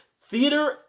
theater